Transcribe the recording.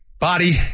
Body